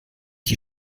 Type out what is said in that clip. die